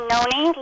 Noni